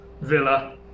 Villa